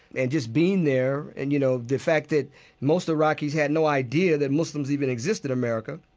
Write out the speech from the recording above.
and just being there and, you know, the fact that most iraqis had no idea that muslims even exist in america,